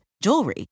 jewelry